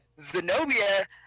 Zenobia